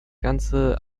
ganze